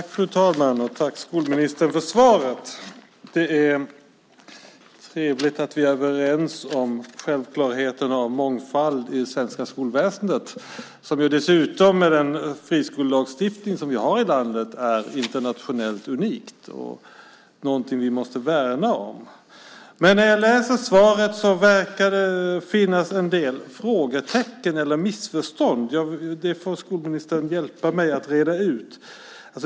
Fru talman! Tack för svaret. Det är trevligt att vi är överens om självklarheten av mångfald i det svenska skolväsendet. Dessutom är den friskolelagstiftning som vi har i landet internationellt unik och någonting vi måste värna om. När jag läser svaret verkar det finnas en del frågetecken eller missförstånd. Dem får skolministern hjälpa mig att reda ut.